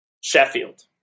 Sheffield